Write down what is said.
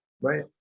right